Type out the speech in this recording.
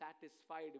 satisfied